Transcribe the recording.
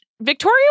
Victoria